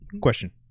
question